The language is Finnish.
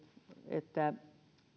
että